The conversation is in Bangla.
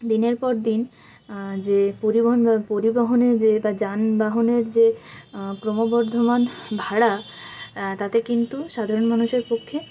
দিনের পর দিন যে পরিবহন বা পরিবহনের যে বা যানবাহনের যে ক্রমবর্ধমান ভাড়া তাতে কিন্তু সাধারণ মানুষের পক্ষে